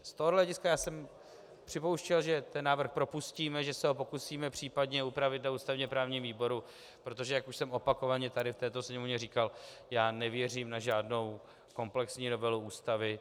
Z tohoto hlediska jsem připouštěl, že ten návrh propustíme a že se ho pokusíme případně upravit na ústavněprávním výboru, protože, jak už jsem opakovaně tady v této Sněmovně říkal, já nevěřím na žádnou komplexní novelu Ústavy.